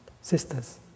sisters